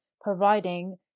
providing